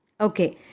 Okay